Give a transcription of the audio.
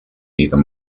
either